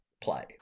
play